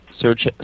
Search